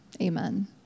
Amen